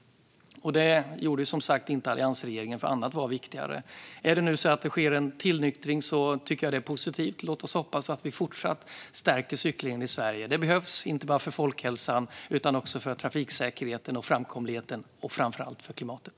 Det gjorde som sagt inte alliansregeringen, för annat var viktigare. Om det nu sker en tillnyktring tycker jag att det är positivt. Låt oss hoppas att vi fortsätter att stärka cyklingen i Sverige. Det behövs inte bara för folkhälsan utan också för trafiksäkerheten, framkomligheten och framför allt klimatet.